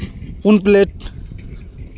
ᱯᱩᱱ ᱯᱞᱮᱹᱴ